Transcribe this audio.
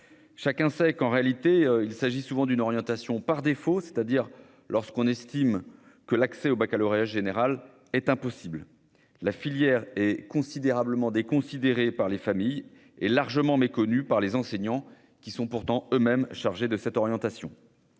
Chacun le sait, en réalité, il s'agit souvent d'une orientation par défaut, lorsqu'on estime que l'accès au baccalauréat général est impossible. La filière est considérablement déconsidérée par les familles et largement méconnue par les enseignants, qui sont pourtant chargés de cette orientation